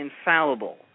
infallible